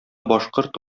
башкорт